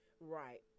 Right